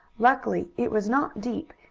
luckily it was not deep,